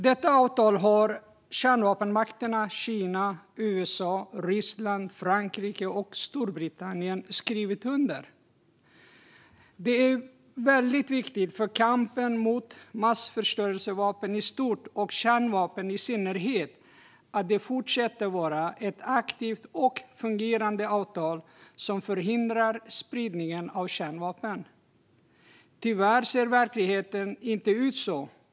Detta avtal har kärnvapenmakterna Kina, USA, Ryssland, Frankrike och Storbritannien skrivit under. Det är väldigt viktigt för kampen mot massförstörelsevapen i stort och kärnvapen i synnerhet att detta fortsätter att vara ett aktivt och fungerande avtal som förhindrar spridningen av kärnvapen. Tyvärr ser verkligheten inte ut så.